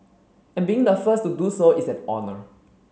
and being the first to do so is an honour